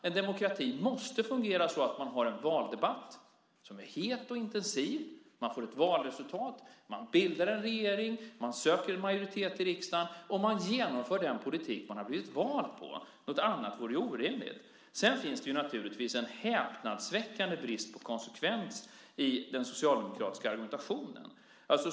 En demokrati måste fungera så att man har en valdebatt, het och intensiv, vi får ett valresultat, man bildar en regering, man söker majoritet i riksdagen och genomför den politik man har blivit vald på. Något annat vore orimligt. Sedan finns det naturligtvis en häpnadsväckande brist på konsekvens i den socialdemokratiska argumentationen.